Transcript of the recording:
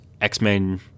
X-Men